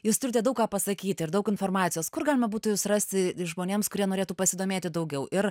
jūs turite daug ką pasakyti ir daug informacijos kur galima būtų jus rasti žmonėms kurie norėtų pasidomėti daugiau ir